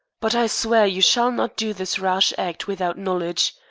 but i swear you shall not do this rash act without knowledge.